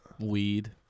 Weed